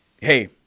Hey